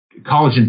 collagen